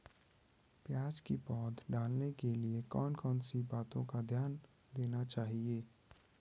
प्याज़ की पौध डालने के लिए कौन कौन सी बातों का ध्यान देना चाहिए?